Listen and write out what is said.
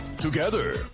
together